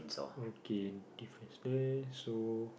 okay difference there so